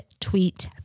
tweet